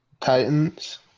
Titans